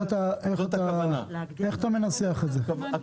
ובכלל זה לעניין התנאים המנויים בפסקה (1), כי